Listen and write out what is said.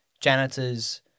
janitors